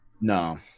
No